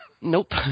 Nope